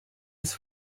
was